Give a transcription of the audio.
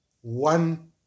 one